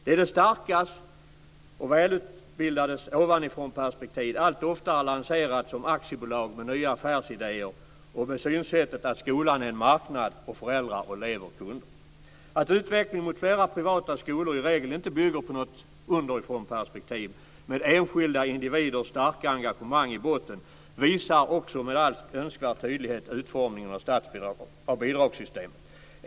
Det är de starkas och välutbildades ovanifrånperspektiv, allt oftare lanserat som aktiebolag med nya affärsidéer och med synsättet att skolan är en marknad och föräldrar och elever kunder. Att utvecklingen mot fler privata skolor i regel inte bygger på något underifrånperspektiv med enskilda individers starka engagemang i botten visar också med all önskvärd tydlighet utformningen av bidragssystemet.